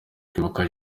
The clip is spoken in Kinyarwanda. kwibuka